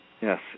yes